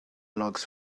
logs